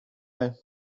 now